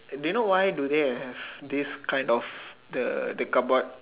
do you know why do they have this kind of the the cardboard